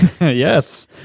yes